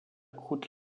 croûte